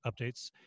updates